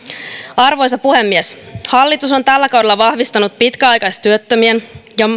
arvoisa puhemies hallitus on tällä kaudella vahvistanut pitkäaikaistyöttömien